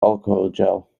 alcoholgel